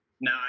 No